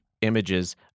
images